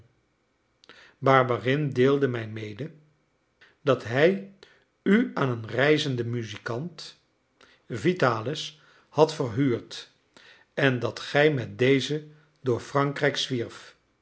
barberin deelde mij mede dat hij u aan een reizenden muzikant vitalis had verhuurd en dat gij met dezen door frankrijk zwierft